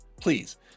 please